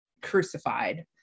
crucified